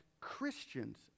Christians